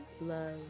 love